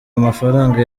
amafaranga